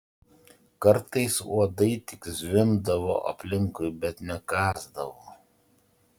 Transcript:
kartais uodai tik zvimbdavo aplinkui bet nekąsdavo